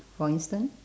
for instance